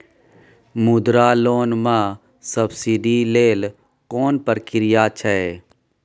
मुद्रा लोन म सब्सिडी लेल कोन प्रक्रिया छै?